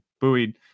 buoyed